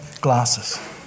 glasses